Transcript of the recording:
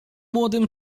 młodym